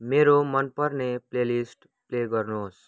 मेरो मनपर्ने playlist play गर्नुहोस्